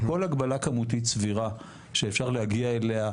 כל הגבלה כמותית סבירה שאפשר להגיע אליה,